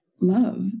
love